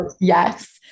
Yes